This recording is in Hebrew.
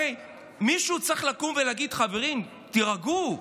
הרי מישהו צריך לקום ולהגיד: חברים, תירגעו.